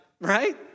Right